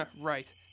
Right